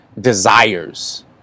desires